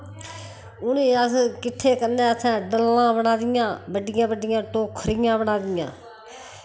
उ'ने अस किट्ठे करने आस्तै डल्लां बनादियां बड्डियां बड्डियां टोखरियां बनादियां